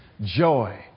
joy